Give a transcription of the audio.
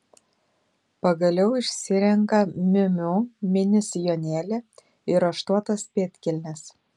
pagaliau išsirenka miu miu mini sijonėlį ir raštuotas pėdkelnes